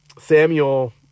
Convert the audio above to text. Samuel